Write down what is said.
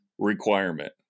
requirement